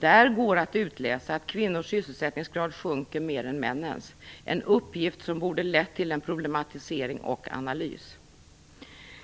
Där går att utläsa att kvinnors sysselsättningsgrad sjunker mer än männens - en uppgift som borde lett till en problematisering och analys.